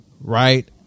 Right